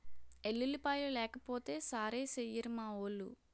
ఎల్లుల్లిపాయలు లేకపోతే సారేసెయ్యిరు మావోలు